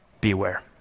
beware